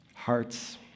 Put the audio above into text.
hearts